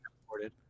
reported